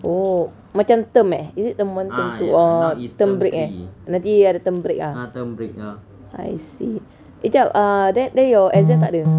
oh macam term eh is it term one term two orh term break nanti ada term break ah I see eh jap then then your exam tak ada